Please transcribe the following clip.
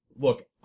Look